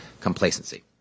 complacency